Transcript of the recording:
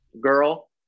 girl